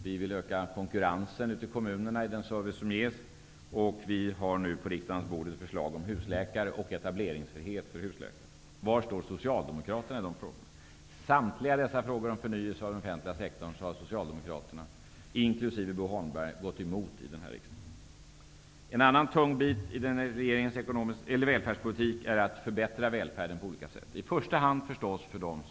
Vi vill öka konkurrensen ute i kommunerna i den service som ges. På riksdagens bord har vi nu också lagt ett förslag om husläkare och etableringsfrihet för husläkare. Var står Socialdemokraterna i dessa frågor? I samtliga dessa frågor som gäller förnyelse av den offentliga sektorn har Socialdemokraterna inkl. Bo Holmberg gått emot i riksdagen. En annan tung bit är att förbättra välfärden på olika sätt -- i första hand för de sämst ställda.